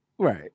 Right